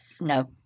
No